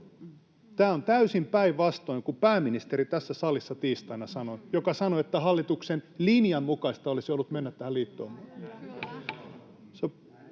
Tämä on täysin päinvastoin kuin pääministeri tässä salissa tiistaina sanoi. Hän sanoi, että hallituksen linjan mukaista olisi ollut mennä tähän liittoumaan.